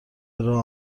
راه